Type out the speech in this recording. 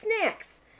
snacks